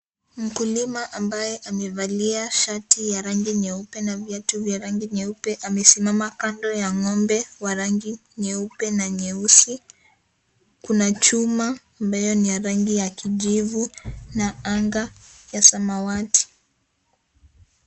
Mkulima ambaye amevalia shati ya rangi nyeupe na viatu vya rangi nyeupe amesimama kando ya ng'ombe wa rangi nyeupe na nyeusi, kuna chuma ambayo ni ya rangi ya kijivu na anga ya samawati.